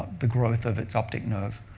the growth of its optic nerve.